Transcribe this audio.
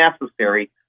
necessary